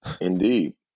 Indeed